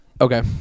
Okay